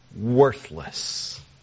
worthless